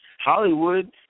Hollywood